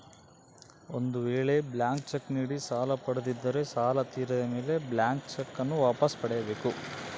ಒಂದು ವೇಳೆ blank cheque ನೀಡಿ ಸಾಲ ಪಡೆದಿದ್ದರೆ ಸಾಲ ತೀರಿದ ಮೇಲೆ ಬ್ಲಾಂತ್ ಚೆಕ್ ನ್ನು ವಾಪಸ್ ಪಡೆಯ ಬೇಕು